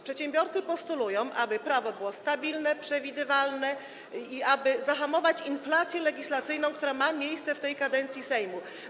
Przedsiębiorcy postulują, aby prawo było stabilne, przewidywalne i aby zahamować inflację legislacyjną, która ma miejsce w tej kadencji Sejmu.